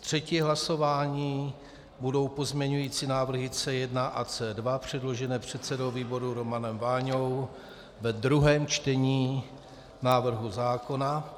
třetí hlasování budou pozměňující návrhy C1 a C2 předložené předsedou výboru Romanem Váňou ve druhém čtení návrhu zákona;